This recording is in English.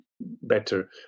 better